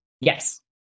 Yes